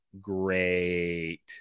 great